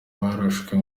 barashwe